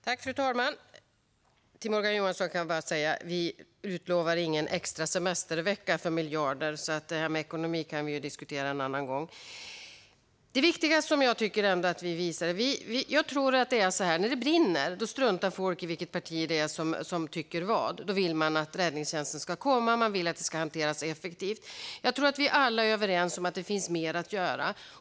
Fru talman! Till Morgan Johansson kan jag bara säga: Vi utlovar ingen extra semestervecka för miljarder. Det här med ekonomi kan vi alltså diskutera en annan gång. När det brinner struntar folk i vilket parti som tycker vad. Då vill man att räddningstjänsten ska komma, och man vill att det ska hanteras effektivt. Jag tror att vi alla är överens om att det finns mer att göra.